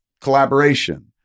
Collaboration